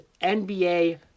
NBA